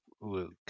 Luke